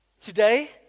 Today